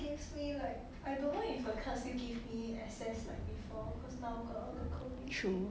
true